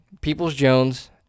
Peoples-Jones